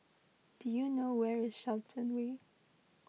do you know where is Shenton Way